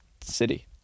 city